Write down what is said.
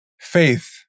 Faith